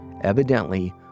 Evidently